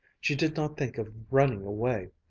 she did not think of running away.